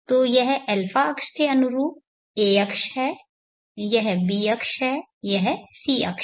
तो यह α अक्ष के अनुरूप a अक्ष है यह b अक्ष है यह c अक्ष है